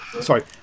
Sorry